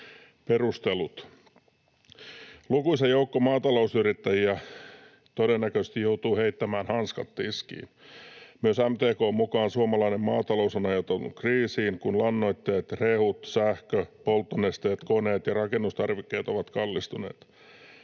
Perustelut: Lukuisa joukko maatalousyrittäjiä todennäköisesti joutuu heittämään hanskat tiskiin. Myös MTK:n mukaan suomalainen maatalous on ajautunut kriisiin, kun lannoitteet, rehut, sähkö, polttonesteet, koneet ja rakennustarvikkeet ovat kallistuneet.